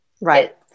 Right